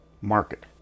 market